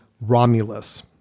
Romulus